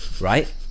Right